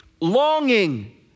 longing